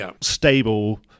stable